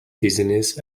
dizziness